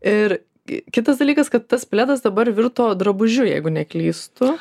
ir gi kitas dalykas kad tas pledas dabar virto drabužiu jeigu neklystu